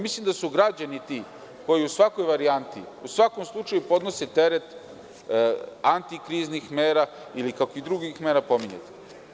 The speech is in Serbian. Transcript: Mislim da su građani ti koji u svakoj varijanti, u svakom slučaju podnose teret antikriznih mera ili kakvih drugih mera pominjete.